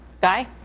Guy